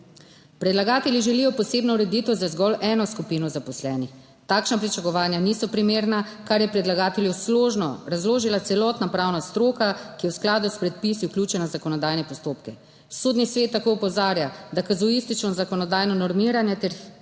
Predlagatelji želijo posebno ureditev za zgolj eno skupino zaposlenih. Takšna pričakovanja niso primerna, kar je predlagatelju složno razložila celotna pravna stroka, ki je v skladu s predpisi vključena v zakonodajne postopke. Sodni svet tako opozarja, da kazuistično zakonodajno normiranje ter